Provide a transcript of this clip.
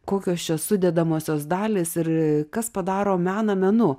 kokios čia sudedamosios dalys ir kas padaro meną menu